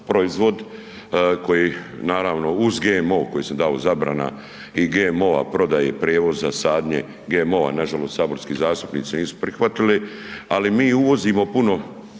proizvod koji naravno uz GMO koji sam dao zabrana i GMO-a prodaje, prijevoza, sadnje GMO-a, nažalost saborski zastupnici nisu prihvatili, ali mi uvozimo puno